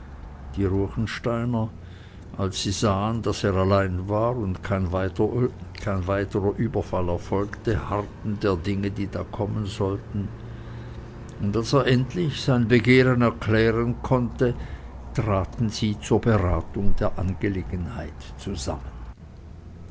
die ruechensteiner als sie sahen daß er allein war und kein weiterer überfall erfolgte harrten der dinge die da kommen sollten und als er endlich sein begehren erklären konnte traten sie zur beratung der angelegenheit zusammen